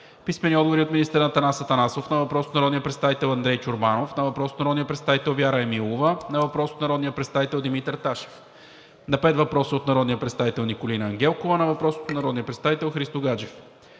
Христо Гаджев; - министър Атанас Атанасов на въпрос от народния представител Андрей Чорбанов; на въпрос от народния представител Вяра Емилова; на въпрос от народния представител Димитър Ташев; на пет въпроса от народния представител Николина Ангелкова; на въпрос от народния представител Христо Гаджев;